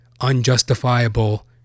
unjustifiable